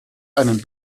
einen